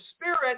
spirit